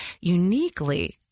uniquely